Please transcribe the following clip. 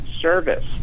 service